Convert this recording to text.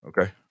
Okay